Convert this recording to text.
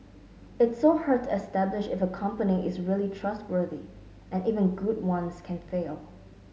it's so hard to establish if a company is really trustworthy and even good ones can fail